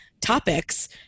topics